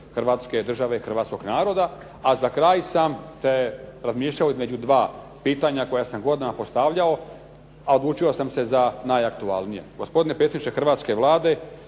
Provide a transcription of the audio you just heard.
Hrvatske države, hrvatskog naroda. A za kraj sam razmišljao između dva pitanja koja sam godinama postavljao, a odlučio sam se za najaktualnije. Gospodine predsjedniče hrvatske Vlade,